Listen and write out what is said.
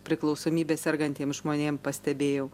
priklausomybe sergantiems žmonėm pastebėjau